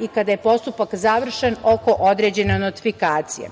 i kada je postupak završen oko određene notifikacije.